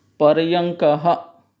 पर्यङ्कः